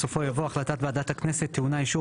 בסופו יבוא 'החלטת ועדת הכנסת טעונה אישור